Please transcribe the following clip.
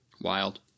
Wild